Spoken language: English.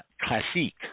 Classique